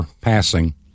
passing